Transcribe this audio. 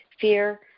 fear